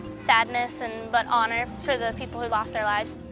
sadness and, but honor for the people who've lost their lives.